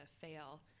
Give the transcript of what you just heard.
fail